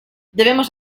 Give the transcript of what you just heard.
debemos